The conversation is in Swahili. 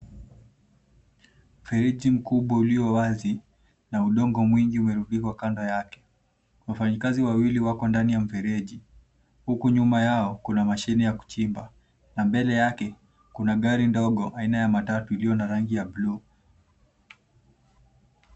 Mfereji mkubwa ulio wazi na udongo mwingi umerundikwa kando yake. Wafanyikazi wawili wako ndani ya mfereji , huku nyuma yao kuna mashine ya kuchimba na mbele yake kuna gari ndogo aina ya matatu iliyo na rangi ya bluu.